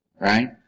right